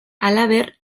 halaber